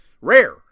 Rare